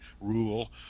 rule